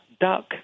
duck